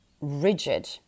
rigid